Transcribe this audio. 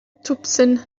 twpsyn